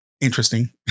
interesting